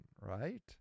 right